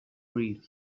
read